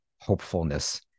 hopefulness